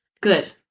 Good